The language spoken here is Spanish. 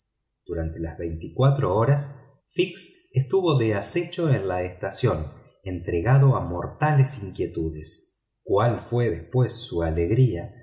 durante las veinticuatro horas fix estuvo de acecho en la estación entregado a mortales inquietudes cuál fue después su alegría